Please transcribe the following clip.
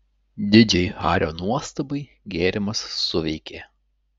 didžiai hario nuostabai gėrimas suveikė